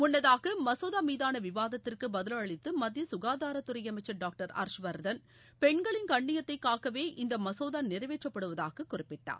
முன்னதாக மசோதா மீதான விவாதத்துக்கு பதில் அளித்து மத்திய சுகாதாரத் துறை அமைச்சர் டாங்டர் ஹர்ஷ்வர்தன் பெண்களின் கண்ணியத்தை காக்கவே இந்த மசோதா நிறைவேற்றப்படுவதாகக் குறிப்பிட்டார்